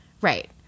Right